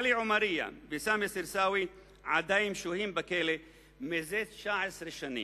עלי עמריה וסמיר סרסאוי עדיין שוהים בכלא זה 19 שנים.